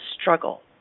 struggle